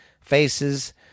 faces